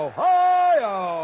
Ohio